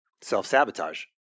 self-sabotage